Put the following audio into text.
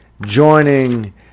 joining